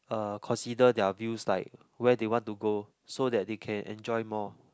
uh consider their views like where they want to go so that they can enjoy more